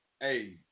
Hey